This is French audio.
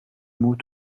mot